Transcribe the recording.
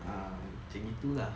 err macam gitu lah